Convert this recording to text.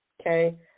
okay